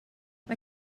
mae